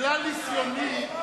בגלל ניסיוני,